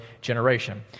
generation